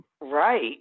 Right